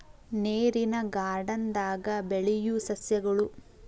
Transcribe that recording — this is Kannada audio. ನೇರಿನ ಗಾರ್ಡನ್ ದಾಗ ಬೆಳಿಯು ಸಸ್ಯಗಳು